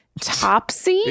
Topsy